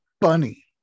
bunny